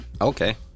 Okay